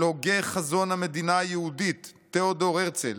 הוגה חזון המדינה היהודית תיאודור הרצל